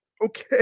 okay